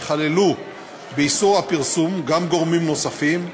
ייכללו באיסור הפרסום גם גורמים נוספים,